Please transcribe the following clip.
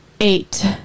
Eight